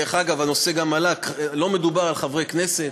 דרך אגב, הנושא גם עלה, לא מדובר על חברי כנסת,